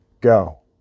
go